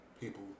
people